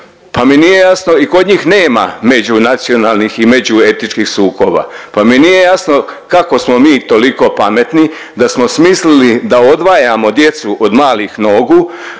Pa mi nije jasno i kod njih nema međunacionalnih i međuetničkih sukoba, pa mi nije jasno kako smo mi toliko pametni da smo smislili da odvajamo djecu od malih nogu